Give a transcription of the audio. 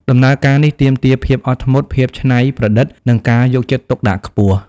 ដំណើរការនេះទាមទារភាពអត់ធ្មត់ ភាពច្នៃប្រឌិត និងការយកចិត្តទុកដាក់ខ្ពស់។